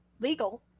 legal